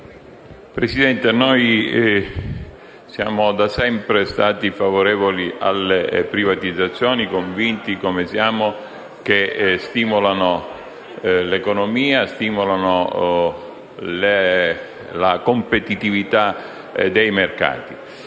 Presidente, siamo da sempre favorevoli alle privatizzazioni, convinti - come siamo - che esse stimolino l'economia e la competitività dei mercati.